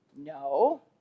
No